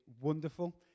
wonderful